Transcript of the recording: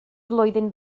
flwyddyn